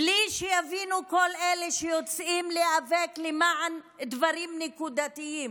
בלי שיבינו כל אלה שיוצאים להיאבק למען דברים נקודתיים,